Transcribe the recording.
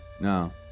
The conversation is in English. No